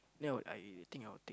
then I I think I will take